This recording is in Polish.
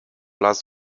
las